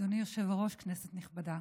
אדוני היושב-ראש, כנסת נכבדה,